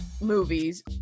movies